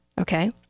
Okay